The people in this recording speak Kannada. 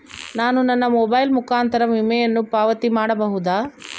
ನಾನು ನನ್ನ ಮೊಬೈಲ್ ಮುಖಾಂತರ ವಿಮೆಯನ್ನು ಪಾವತಿ ಮಾಡಬಹುದಾ?